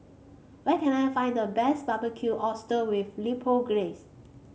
where can I find the best Barbecued Oyster with Chipotle Glaze